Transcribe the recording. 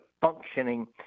functioning